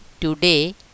today